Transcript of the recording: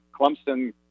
Clemson